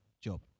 job